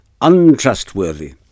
untrustworthy